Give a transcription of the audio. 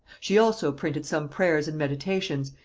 she also printed some prayers and meditations,